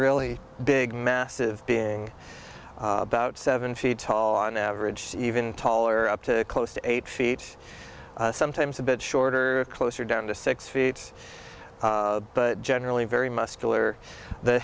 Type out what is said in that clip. really big massive being about seven feet tall on average even taller up to close to eight feet sometimes a bit shorter closer down to six feet but generally very muscular the